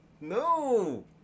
No